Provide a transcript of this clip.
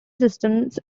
systems